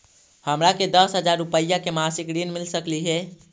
हमरा के दस हजार रुपया के मासिक ऋण मिल सकली हे?